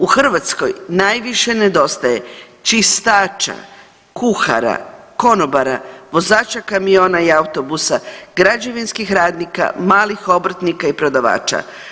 U Hrvatskoj najviše nedostaje čistača, kuhara, konobara, vozača kamiona i autobusa, građevinskih radnika, malih obrtnika i prodavača.